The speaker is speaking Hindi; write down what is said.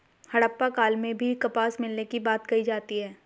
हड़प्पा काल में भी कपास मिलने की बात कही जाती है